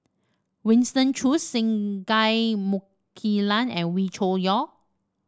Winston Choos Singai Mukilan and Wee Cho Yaw